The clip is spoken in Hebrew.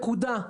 נקודה.